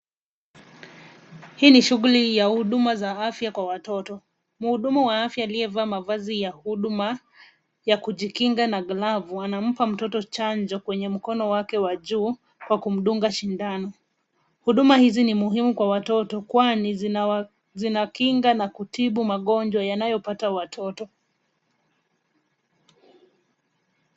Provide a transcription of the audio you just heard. Hii ni shughuli ya huduma za afya kwa watoto. Mhudumu wa afya aliyevaa mavazi ya huduma ya kujikinga na glavu, anampa mtoto chanjo kwenye mkono wake wa juu, kwa kumdunga sindano. Huduma hizi ni muhimu kwa watoto kwani zinakinga na kutibu magonjwa yanayopata watoto.